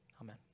Amen